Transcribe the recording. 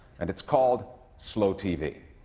and it's called slow tv.